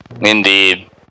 Indeed